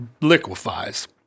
liquefies